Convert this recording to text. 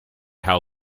how